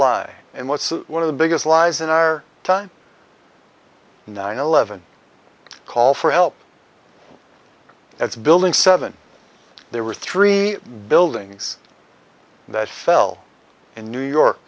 lie and what's the one of the biggest lies in our time nine eleven call for help it's building seven there were three buildings that fell in new york